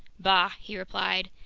bah! he replied.